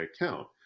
account